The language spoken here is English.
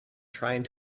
trying